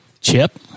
Chip